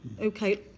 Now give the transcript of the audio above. Okay